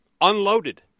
unloaded